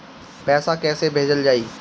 पैसा कैसे भेजल जाइ?